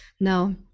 now